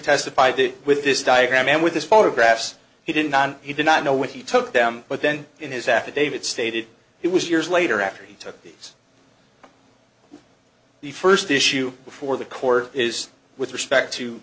that with this diagram and with his photographs he didn't and he did not know when he took them but then in his affidavit stated it was years later after he took these the first issue before the court is with respect to